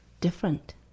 different